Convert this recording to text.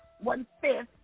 one-fifth